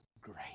great